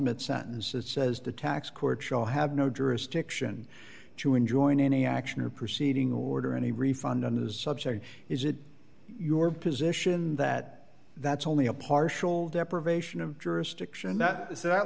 e sentences says the tax court shall have no jurisdiction to enjoin any action or proceeding order any refund on the subject or is it your position that that's only a partial deprivation of jurisdiction and that is that